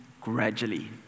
gradually